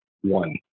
one